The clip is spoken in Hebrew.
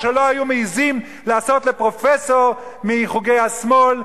מה שלא היה מעזים לעשות לפרופסור מחוגי השמאל,